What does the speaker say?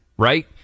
right